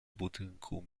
budynku